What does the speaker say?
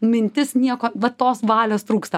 mintis nieko va tos valios trūksta